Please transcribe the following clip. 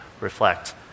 reflect